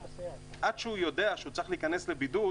עד שהוא יודע שהוא צריך להיכנס לבידוד,